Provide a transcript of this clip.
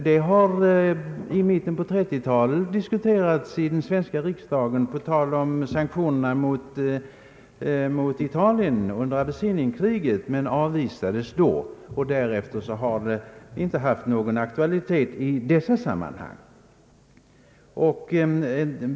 I mitten på 1930-talet diskuterades en sådan garanti i svenska riksdagen på tal om sanktionerna mot Italien under Abessinien-kriget, men den avvisades då. Därefter har den inte haft någon aktualitet i detta sammanhang.